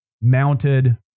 mounted